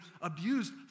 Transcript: abused